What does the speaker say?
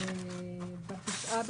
ב-9 בספטמבר.